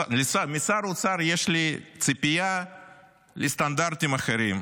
משר האוצר יש לי ציפייה לסטנדרטים אחרים,